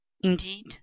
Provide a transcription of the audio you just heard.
indeed